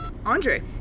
Andre